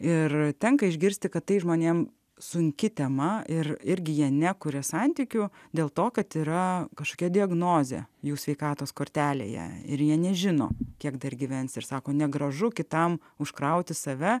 ir tenka išgirsti kad tai žmonėms sunki tema ir irgi jie nekuria santykių dėl to kad yra kažkokia diagnozė jų sveikatos kortelėje ir jie nežino kiek dar gyvens ir sako negražu kitam užkrauti save